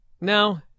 No